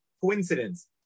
coincidence